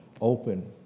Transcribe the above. open